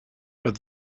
but